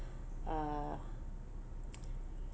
uh